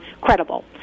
credible